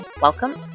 Welcome